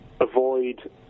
avoid